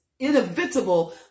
inevitable